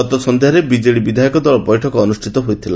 ଗତ ସକ୍ଷ୍ୟାରେ ବିଜେଡ଼ି ବିଧାୟକ ଦଳ ବୈଠକ ଅନୁଷ୍ଷିତ ହୋଇଥିଲା